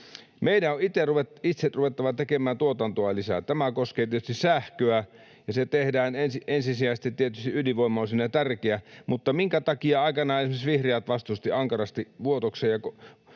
Meidän on itse ruvettava tekemään tuotantoa lisää. Tämä koskee tietysti sähköä, ja sen tekemisessä ensisijaisesti tietysti ydinvoima on siinä tärkeä, mutta minkä takia aikanaan esimerkiksi vihreät vastusti ankarasti Vuotoksen